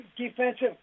defensive